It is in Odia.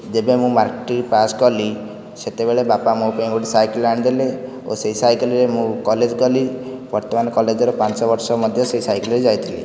ଯେବେ ମୁଁ ମାଟ୍ରିକ ପାସ୍ କଲି ସେତେବେଳେ ବାପା ମୋ ପାଇଁ ଗୋଟିଏ ସାଇକେଲ୍ ଆଣିଦେଲେ ଓ ସେଇ ସାଇକେଲରେ ମୁଁ କଲେଜ ଗଲି ବର୍ତ୍ତମାନ କଲେଜର ପାଞ୍ଚବର୍ଷ ମଧ୍ୟ ସେଇ ସାଇକେଲରେ ଯାଇଥିଲି